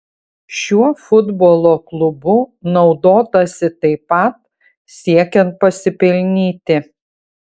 šiuo futbolo klubu naudotasi taip pat siekiant pasipelnyti